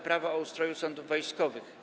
Prawo o ustroju sądów wojskowych.